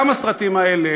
גם הסרטים האלה,